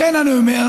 לכן אני אומר,